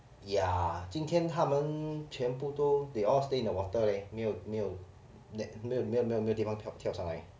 ya 今天他们全部都 they all stay in the water leh 没有没有没有没有没有没有地方跳上来